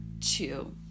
two